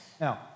Now